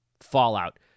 fallout